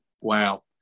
Wow